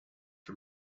for